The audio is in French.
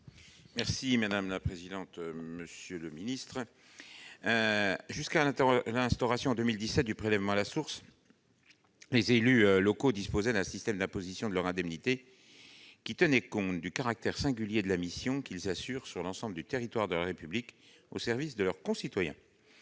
M. Jean-François Longeot. Jusqu'à l'instauration en 2017 du prélèvement à la source, les élus locaux disposaient d'un système d'imposition de leurs indemnités qui tenait compte du caractère singulier de la mission qu'ils assurent sur l'ensemble du territoire de la République au service de leurs concitoyens.